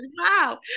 Wow